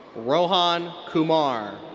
rohan kumar.